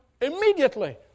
immediately